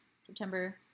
September